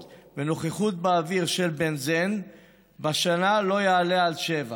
בנוכחות באוויר של בנזן בשנה לא יעלה על שבע.